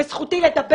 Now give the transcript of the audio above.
וזכותי לדבר.